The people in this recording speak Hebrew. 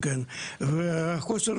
כן, על החוסר